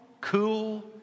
cool